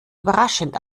überraschend